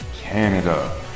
Canada